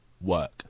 work